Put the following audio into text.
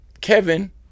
Kevin